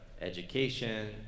education